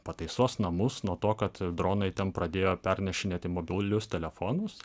pataisos namus nuo to kad dronai ten pradėjo pernešinėti mobilius telefonus